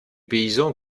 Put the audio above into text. paysans